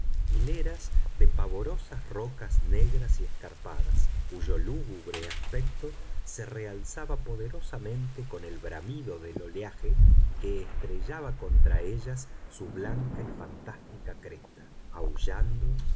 hileras de pavorosas rocas negras y escarpadas cuyo lúgubre aspecto se realzaba poderosamente con el bramido del oleaje que estrellaba contra ellas su blanca y fantástica cresta aullando